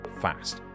fast